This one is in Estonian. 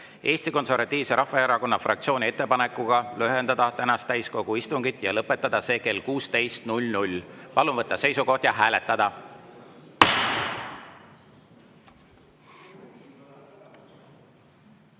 Eesti Konservatiivse Rahvaerakonna fraktsiooni ettepaneku lühendada tänast täiskogu istungit ja lõpetada see kell 16. Palun võtta seisukoht ja hääletada!